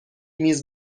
میز